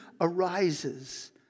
arises